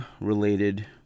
related